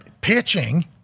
pitching